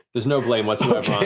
there's no blame whatsoever on